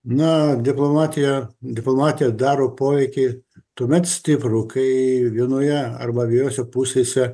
na diplomatija diplomatija daro poveikį tuomet stiprų kai vienoje arba abiejose pusėse